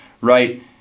right